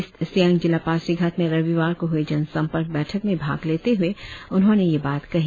east Siang जिला पासीघाट में रविवार को हुए जन संपर्क बैठक में भाग लेते हुए उन्होंने यह बात कही